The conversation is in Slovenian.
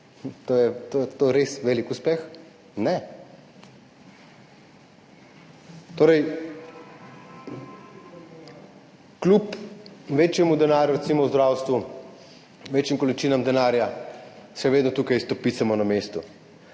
Je to res velik uspeh? Ne. Torej, kljub več denarja recimo v zdravstvu, večjim količinam denarja, še vedno tukaj stopicamo na mestu.